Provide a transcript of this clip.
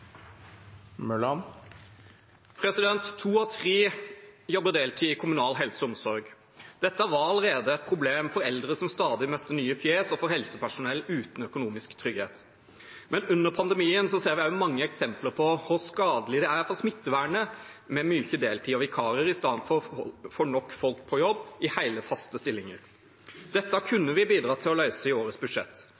Dette var allerede et problem for eldre, som stadig møtte nye fjes og for helsepersonell uten økonomisk trygghet. Men under pandemien ser vi også mange eksempler på hvor skadelig det er for smittevernet med mye deltid og vikarer istedenfor nok folk på jobb i hele, faste stillinger. Dette